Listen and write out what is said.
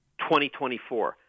2024